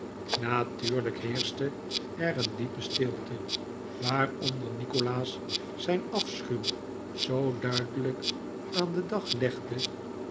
natuurlijk heerschte er een diepe stilte waaronder nikolaas zijn afschuw zoo duidelijk aan den dag legde